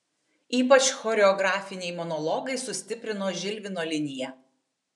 ypač choreografiniai monologai sustiprino žilvino liniją